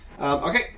Okay